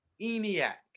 ENIAC